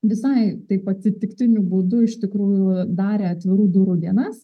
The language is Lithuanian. visai taip atsitiktiniu būdu iš tikrųjų darę atvirų durų dienas